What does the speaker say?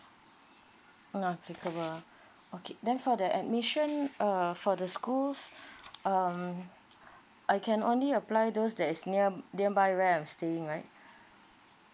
not applicable ah okay then for the admission err for the schools um I can only apply those that is near nearby where I'm staying right